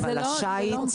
על השיט?